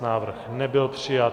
Návrh nebyl přijat.